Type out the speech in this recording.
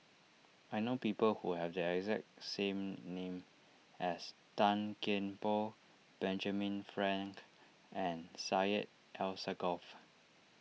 I know people who have the exact same name as Tan Kian Por Benjamin Frank and Syed Alsagoff